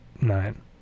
nine